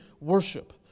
worship